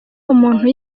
umuntu